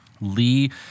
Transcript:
Lee